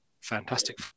Fantastic